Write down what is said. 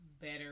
better